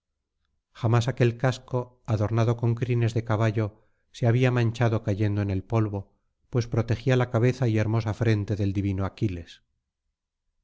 jamás aquel casco adornado con crines de caballo se había manchado cayendo en el polvo pues protegía la cabeza y hermosa frente del divino aquiles